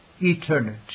eternity